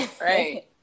right